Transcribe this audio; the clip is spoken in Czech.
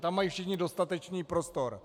Tam mají všichni dostatečný prostor.